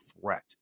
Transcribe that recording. threat